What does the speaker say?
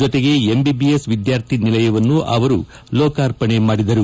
ಜೊತೆಗೆ ಎಂಬಿಬಿಎಸ್ ವಿದ್ಯಾರ್ಥಿ ನಿಲಯವನ್ನು ಅವರು ಲೋಕಾರ್ಪಣೆ ಮಾಡಿದರು